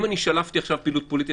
אם אני שלפתי עכשיו פעילות פוליטית,